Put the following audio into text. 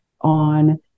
on